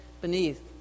beneath